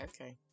Okay